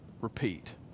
repeat